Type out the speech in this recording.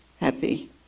happy